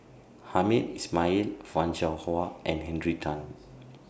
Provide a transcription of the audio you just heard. Hamed Ismail fan Shao Hua and Henry Tan